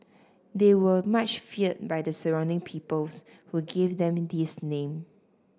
they were much feared by the surrounding peoples who gave them this name